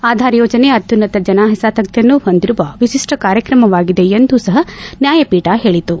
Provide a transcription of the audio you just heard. ಆಧಾರ್ ಯೋಜನೆ ಅತ್ಲುನ್ನತ ಜನಹಿತಾಸಕ್ತಿಯನ್ನು ಹೊಂದಿರುವ ವಿಶಿಷ್ಠ ಕಾರ್ಯಕ್ರಮವಾಗಿದೆ ಎಂದೂ ಸಹ ನ್ಯಾಯಪೀಠ ಹೇಳತು